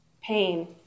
pain